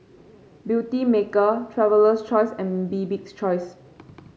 Beautymaker Traveler's Choice and Bibik's Choice